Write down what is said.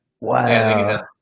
Wow